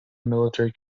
military